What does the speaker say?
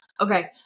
Okay